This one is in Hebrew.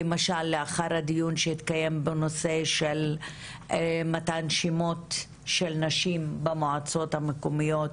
למשל לאחר הדיון שהתקיים בנושא של מתן שמות של נשים במועצות המקומיות,